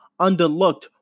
underlooked